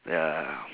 ya